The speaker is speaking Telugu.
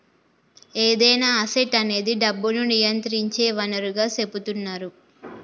ఏదైనా అసెట్ అనేది డబ్బును నియంత్రించే వనరుగా సెపుతున్నరు